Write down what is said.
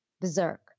Berserk